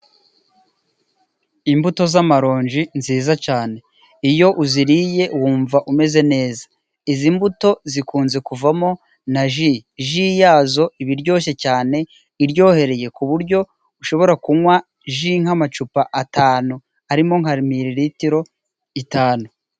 Imbuto z'amaronji nziza cyane. Iyo uziriye wumva umeze neza. Izi mbuto zikunze kuvamo na ji. Ji yazo iba iryoshye cyane, iryohereye ku buryo ushobora kunywa ji nk'amacupa atanu arimo nka mililitiro itanu.